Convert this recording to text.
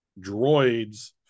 droids